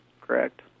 correct